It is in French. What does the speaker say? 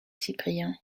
cyprien